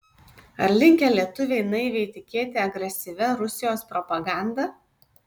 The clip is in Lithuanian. ar linkę lietuviai naiviai tikėti agresyvia rusijos propaganda